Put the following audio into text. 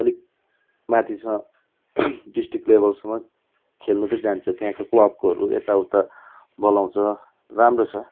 अलिक माथि छ डिस्ट्रिक्ट लेबलसम्म खेल्नु त जान्छ त्यहाँको क्लबकोहरू यताउता बोलाउँछ राम्रो छ